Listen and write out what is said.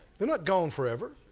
they're not gone forever.